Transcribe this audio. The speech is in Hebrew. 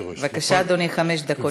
בבקשה, אדוני, חמש דקות לרשותך.